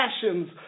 passions